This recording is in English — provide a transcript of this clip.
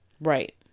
Right